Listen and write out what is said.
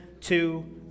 two